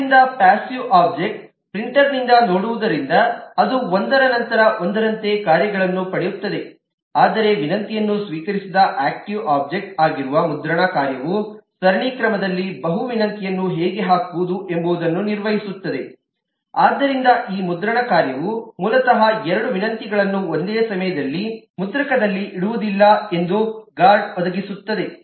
ಆದ್ದರಿಂದ passive object ಪ್ರಿಂಟರ್ನಿಂದ ನೋಡುವುದರಿಂದ ಅದು ಒಂದರ ನಂತರ ಒಂದರಂತೆ ಕಾರ್ಯಗಳನ್ನು ಪಡೆಯುತ್ತದೆ ಆದರೆ ವಿನಂತಿಯನ್ನು ಸ್ವೀಕರಿಸಿದ ಆಕ್ಟಿವ್ ಒಬ್ಜೆಕ್ಟ್ ಆಗಿರುವ ಮುದ್ರಣ ಕಾರ್ಯವು ಸರಣಿ ಕ್ರಮದಲ್ಲಿ ಬಹು ವಿನಂತಿಯನ್ನು ಹೇಗೆ ಹಾಕುವುದು ಎಂಬುದನ್ನು ನಿರ್ವಹಿಸುತ್ತಿದೆ ಆದ್ದರಿಂದ ಈ ಮುದ್ರಣ ಕಾರ್ಯವು ಮೂಲತಃ ಎರಡು ವಿನಂತಿಗಳನ್ನು ಒಂದೇ ಸಮಯದಲ್ಲಿ ಮುದ್ರಕದಲ್ಲಿ ಇಡುವುದಿಲ್ಲ ಎಂದು ಗಾರ್ಡ್ಗೆ ಒದಗಿಸುತ್ತಿದೆ